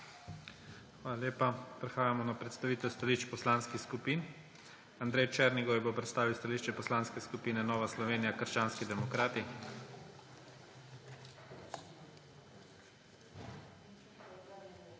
Hvala lepa. Prehajamo na predstavitev stališč poslanskih skupin. Andrej Černigoj bo predstavil stališče Poslanske skupine Nova Slovenija – krščanski demokrati. **ANDREJ